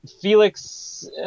Felix